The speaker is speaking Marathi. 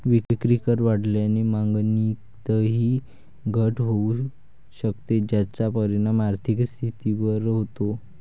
विक्रीकर वाढल्याने मागणीतही घट होऊ शकते, ज्याचा परिणाम आर्थिक स्थितीवर होतो